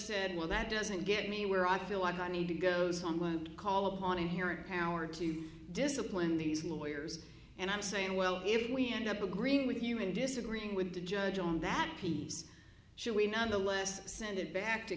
well that doesn't get me where i feel i need to go someone to call upon inherent power to discipline these lawyers and i'm saying well if we end up agreeing with human disagreeing with the judge on that piece should we nonetheless send it back to